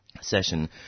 session